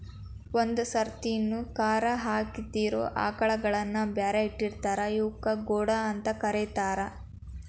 ಒಂದ್ ಸರ್ತಿನು ಕರಾ ಹಾಕಿದಿರೋ ಆಕಳಗಳನ್ನ ಬ್ಯಾರೆ ಇಟ್ಟಿರ್ತಾರ ಇವಕ್ಕ್ ಗೊಡ್ಡ ಅಂತ ಕರೇತಾರ